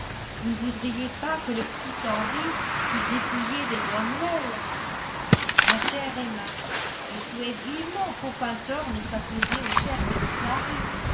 vous ne voudriez pas que le petit henri fût dépouillé de donwell ma chère emma je souhaite vivement qu'aucun tort ne soit causé au cher petit henri